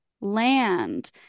land